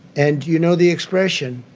and you know the expression.